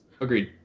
agreed